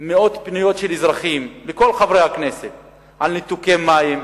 מאות פניות של אזרחים אל כל חברי הכנסת על ניתוקי מים,